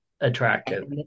attractive